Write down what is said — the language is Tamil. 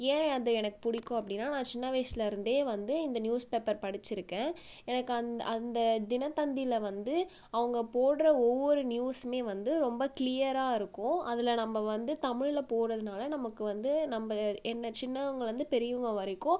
ஏன் அது எனக்கு பிடிக்கும் அப்படினா நான் சின்ன வயசுலருந்தே வந்து இந்த நியூஸ் பேப்பர் படிச்சுருக்கேன் எனக்கு அந் அந்த தினத்தந்தியில் வந்து அவங்க போடுகிற ஒவ்வொரு நியூஸுமே வந்து ரொம்ப க்ளியராருக்கும் அதில் நம்ம வந்து தமிழில் போடுகிறதுனால நமக்கு வந்து நம்ம என்ன சின்னவங்கலேந்து பெரியவங்கள் வரைக்கும்